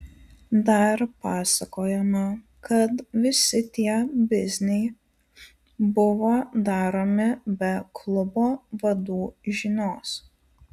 dar pasakojama kad visi tie bizniai buvo daromi be klubo vadų žinios